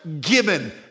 given